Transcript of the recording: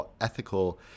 ethical